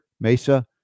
Mesa